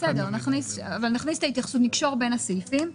בסדר, אבל נכניס את ההתייחסות, נקשור בין הסעיפים.